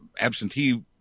absentee